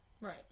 Right